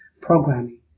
programming